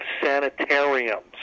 sanitariums